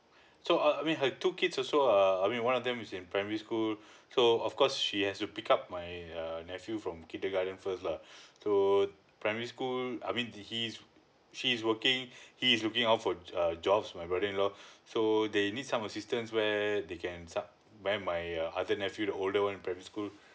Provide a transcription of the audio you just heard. so uh i mean her two kids also uh I mean one of them is in primary school so of course she has to pick up my err nephew from kindergarten first lah so primary school I mean he is she's working he is looking out for a jobs my brother in law so they need some assistance where they can start by when my uh other nephew the older one primary school